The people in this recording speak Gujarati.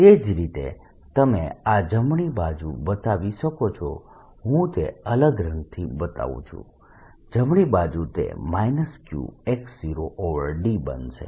તે જ રીતે તમે આ જમણી બાજુ બતાવી શકો છો હું તે અલગ રંગથી બતાવું છું જમણી બાજુ તે Q x0d બનશે